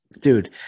dude